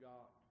God